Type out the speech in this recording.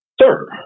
Sir